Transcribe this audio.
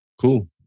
cool